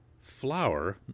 Flower